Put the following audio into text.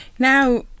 Now